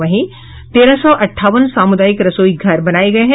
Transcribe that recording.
वहीं तेरह सौ अठावन सामुदायिक रसोई घर बनाये गये हैं